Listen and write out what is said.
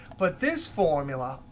but this formula,